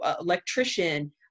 electrician